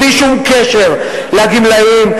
בלי שום קשר לגמלאים.